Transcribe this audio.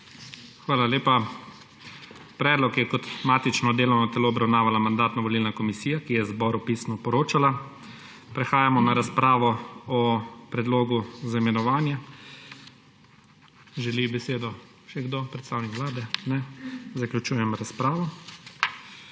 Hvala lepa. Predlog je kot matično delovno telo obravnavala Mandatno-volilna komisija, ki je zboru pisno poročala. Prehajamo na razpravo o predlogu za imenovanje. Želi besedo še kdo? Predstavnik Vlade? Ne. Zaključujem razpravo.